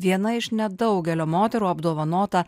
viena iš nedaugelio moterų apdovanota